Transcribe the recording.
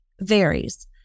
varies